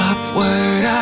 Upward